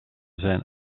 zijn